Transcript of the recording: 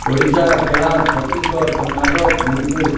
Odisha Bihar Chhattisgarh Karnataka Manipur